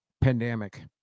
pandemic